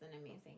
amazing